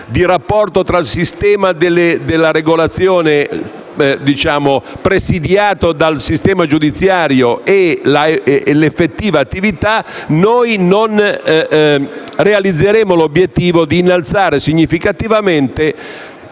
di rapporto tra il sistema della regolazione presidiato dal sistema giudiziario e l'effettiva attività, noi non realizzeremo l'obiettivo di innalzare significativamente,